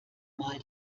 mal